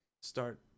start